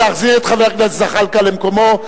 להחזיר את חבר הכנסת זחאלקה למקומו,